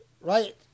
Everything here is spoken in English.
right